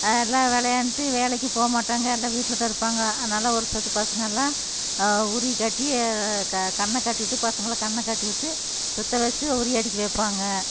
அதெல்லாம் விளையாண்ட்டு வேலைக்கு போக மாட்டாங்க எல்லாம் வீட்டிலதான் இருப்பாங்க அதனால ஒரு செட்டு பசங்க எல்லாம் உரி கட்டி கண்ணை கட்டிவிட்டு பசங்களை கண்ணை கட்டுவிட்டு சுற்ற வச்சு உரி அடிக்க வைப்பாங்க